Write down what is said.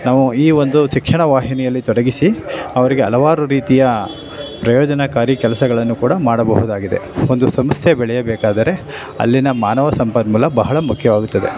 ನಾವೂ ಈ ಒಂದು ಶಿಕ್ಷಣ ವಾಹಿನಿಯಲ್ಲಿ ತೊಡಗಿಸಿ ಅವರಿಗೆ ಹಲವಾರು ರೀತಿಯ ಪ್ರಯೋಜನಕಾರಿ ಕೆಲಸಗಳನ್ನು ಕೂಡ ಮಾಡಬಹುದಾಗಿದೆ ಒಂದು ಸಂಸ್ಥೆ ಬೆಳೆಯಬೇಕಾದರೆ ಅಲ್ಲಿನ ಮಾನವ ಸಂಪನ್ಮೂಲ ಬಹಳ ಮುಖ್ಯವಾಗುತ್ತದೆ